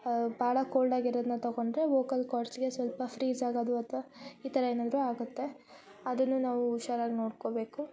ಭಾಳ ಕೋಲ್ಡ್ ಆಗಿರೋದನ್ನ ತಗೊಂಡರೆ ವೋಕಲ್ ಕೋರ್ಡ್ಸ್ಗೆ ಸ್ವಲ್ಪ ಫ್ರೀಸ್ ಆಗೋದು ಅಥ್ವಾ ಈ ಥರ ಏನಾದರು ಆಗುತ್ತೆ ಅದನ್ನು ನಾವು ಹುಷಾರಲ್ಲಿ ನೋಡ್ಕೊಬೇಕು